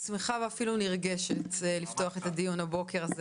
אני שמחה ואפילו נרגשת לפתוח את הדיון הבוקר,